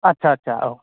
आटसा आटसा औ